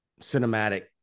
cinematic